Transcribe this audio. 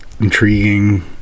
intriguing